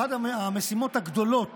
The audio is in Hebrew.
אחת המשימות הגדולות